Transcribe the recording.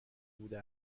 بوده